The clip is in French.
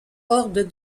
horde